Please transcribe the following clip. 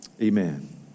Amen